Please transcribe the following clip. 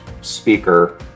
speaker